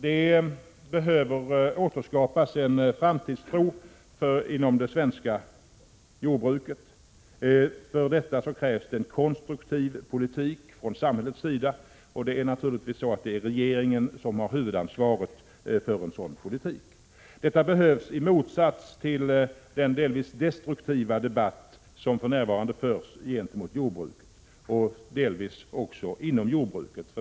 Det behöver återskapas en framtidstro inom det svenska jordbruket. För detta krävs det en konstruktiv politik från samhällets sida, och det är naturligtvis regeringen som har huvudansvaret för en sådan politik. Detta behövs i motsats till den delvis destruktiva debatt som för närvarande förs gentemot jordbruket — och delvis också inom jordbruket.